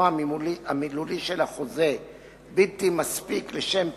המילולי של החוזה בלתי מספיק לשם פירושו,